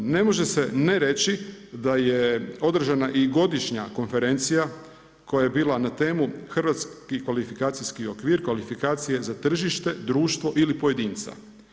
Ne može se ne reći da je održana i godišnja konferencija koja je bila na Hrvatski kvalifikacijski okvir kvalifikacije za tržište, društvo ili pojedinca.